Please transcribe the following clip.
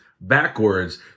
backwards